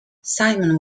simon